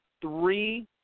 three